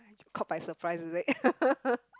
caught by surprise is it